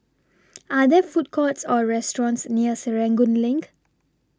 Are There Food Courts Or restaurants near Serangoon LINK